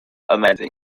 amazing